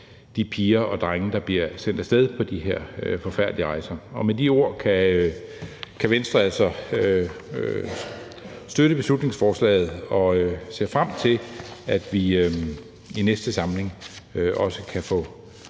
de piger og drenge, der bliver sendt af sted på de her forfærdelige rejser. Med de ord kan Venstre altså støtte beslutningsforslaget og ser frem til, at vi i næste samling også kan få